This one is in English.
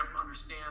understand